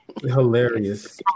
Hilarious